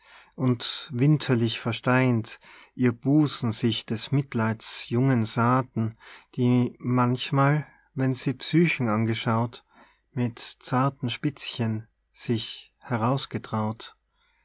und winterlich versteint ihr busen sich des mitleids jungen saaten die manchmal wenn sie psychen angeschaut mit zarten spitzchen sich